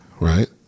right